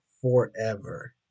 forever